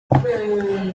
faktore